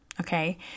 Okay